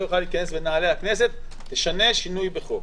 לא יכולה להיכנס לנעלי הכנסת שנה שינוי בחוק.